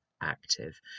active